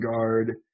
guard